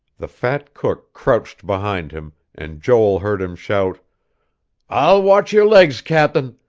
the fat cook crouched behind him, and joel heard him shout i'll watch your legs, cap'n.